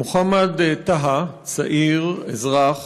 מוחמד טאהא, צעיר, אזרח,